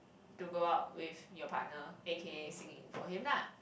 to go out with your partner A_K singing for him lah